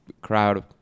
crowd